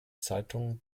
zeitungen